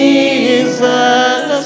Jesus